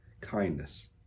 kindness